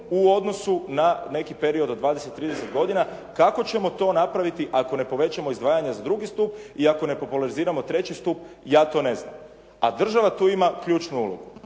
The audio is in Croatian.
u odnosu na neki period od dvadeset, trideset godina. Kako ćemo to napraviti ako ne povećamo izdvajanja za drugi stup i ako ne populariziramo treći stup ja to ne znam. A država tu ima ključnu ulogu